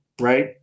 Right